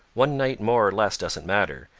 one night more or less doesn't matter,